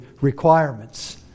requirements